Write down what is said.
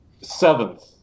Seventh